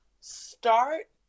start